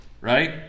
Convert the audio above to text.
Right